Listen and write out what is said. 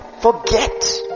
forget